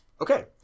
Okay